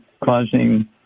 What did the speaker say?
causing